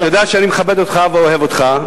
אתה יודע שאני מכבד אותך ואוהב אותך,